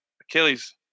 Achilles